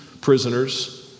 prisoners